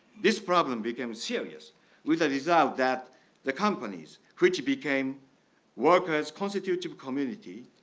this problem became serious with a dissolve that the companies which became workers constituted community,